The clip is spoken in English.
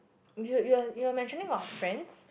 you you are you are mentioning about friends